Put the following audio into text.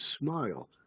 smile